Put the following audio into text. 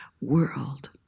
world